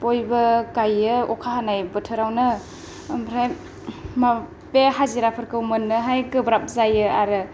बयबो गाइयो अखा हानाय बोथोरावनो ओमफ्राय बे हाजिरा फोरखौ मोननोहाय गोब्राब जायो आरो